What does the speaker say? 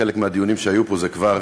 בחלק מהדיונים שהיו פה זה כבר קרה.